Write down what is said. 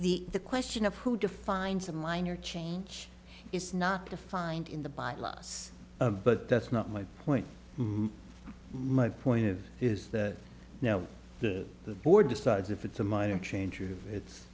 the the question of who defines a minor change is not defined in the by last but that's not my point my point of is that no the board decides if it's a minor change or if it's